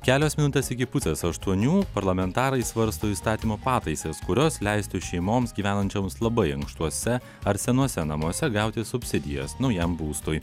kelios minutės iki pusės aštuonių parlamentarai svarsto įstatymo pataisas kurios leistų šeimoms gyvenančioms labai ankštuose ar senuose namuose gauti subsidijas naujam būstui